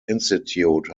institute